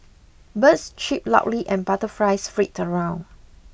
birds chip loudly and butterflies flit around